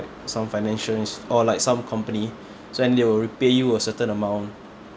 some financiers or like some company so then they will repay you a certain amount